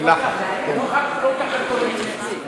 לא ככה קוראים בשמי.